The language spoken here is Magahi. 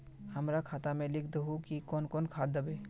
हमरा खाता में लिख दहु की कौन कौन खाद दबे?